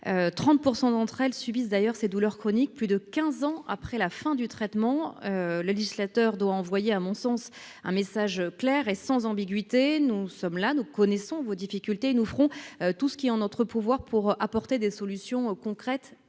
100 d'entre elles subissent d'ailleurs ses douleurs chroniques, plus de 15 ans après la fin du traitement, le législateur doit envoyer à mon sens un message clair et sans ambiguïté : nous sommes là, nous connaissons vos difficultés, nous ferons tout ce qui est en notre pouvoir pour apporter des solutions concrètes